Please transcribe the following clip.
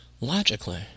logically